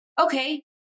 okay